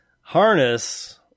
Harness